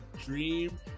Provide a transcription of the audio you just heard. dream